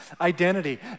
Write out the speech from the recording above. identity